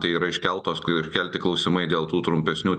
tai yra iškeltos iškelti klausimai dėl tų trumpesnių